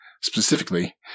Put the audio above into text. specifically